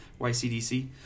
YCDC